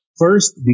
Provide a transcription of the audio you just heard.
First